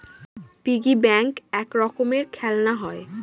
piggy bank এক রকমের খেলনা হয়